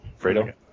fredo